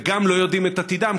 והם גם לא יודעים את עתידם,